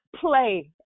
play